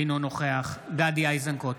אינו נוכח גדי איזנקוט,